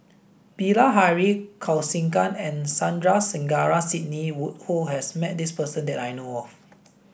Bilahari Kausikan and Sandrasegaran Sidney Woodhull has met this person that I know of